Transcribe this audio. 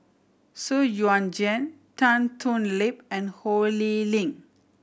Xu Yuan Zhen Tan Thoon Lip and Ho Lee Ling